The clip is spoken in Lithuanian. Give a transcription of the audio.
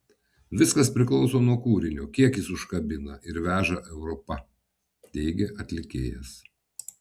viskas priklauso nuo kūrinio kiek jis užkabina ir veža europa teigė atlikėjas